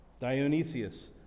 Dionysius